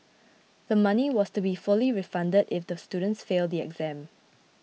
the money was to be fully refunded if the students fail the exams